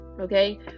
okay